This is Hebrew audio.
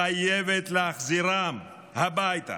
חייבת להחזירם הביתה.